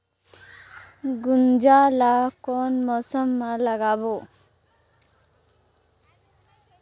गुनजा ला कोन मौसम मा लगाबो?